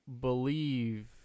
believe